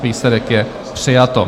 Výsledek je: přijato.